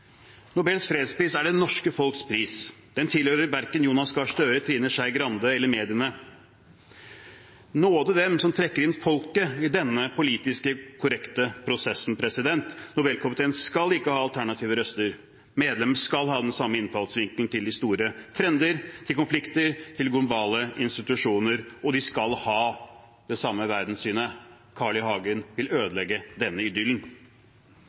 Nobels fredspris er det norske folks pris. Den tilhører verken Jonas Gahr Støre, Trine Skei Grande eller mediene. Nåde dem som trekker inn folket i denne politisk korrekte prosessen. Nobelkomiteen skal ikke ha alternative røster. Medlemmene skal ha den samme innfallsvinkelen til de store trender, til konflikter, til globale institusjoner, og de skal ha det samme verdenssynet. Carl I. Hagen vil ødelegge denne